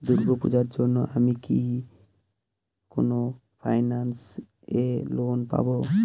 দূর্গা পূজোর জন্য আমি কি কোন ফাইন্যান্স এ লোন পাবো?